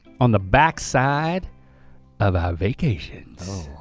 on the back side of our vacations.